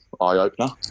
eye-opener